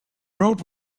road